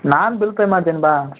ನಾನು bill pay ಮಾಡ್ತೀನಿ ಬಾ